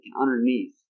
underneath